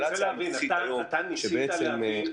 אתה ניסית להביא למצב